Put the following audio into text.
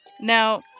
Now